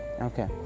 okay